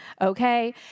okay